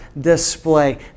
display